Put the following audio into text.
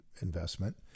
investment